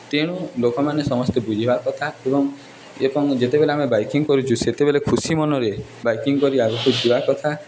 ତେଣୁ ଲୋକମାନେ ସମସ୍ତେ ବୁଝିବା କଥା ଏବଂ ଏବଂ ଯେତେବେଲେ ଆମେ ବାଇକିଂ କରୁଛୁ ସେତେବେଲେ ଖୁସି ମନରେ ବାଇକିଂ କରି ଆଗକୁ ଯିବା କଥା